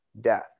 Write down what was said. death